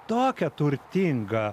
tokia turtinga